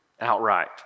outright